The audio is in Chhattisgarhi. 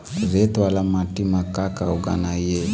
रेत वाला माटी म का का उगाना ये?